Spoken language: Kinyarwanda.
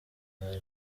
bari